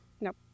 Nope